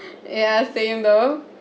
ya same though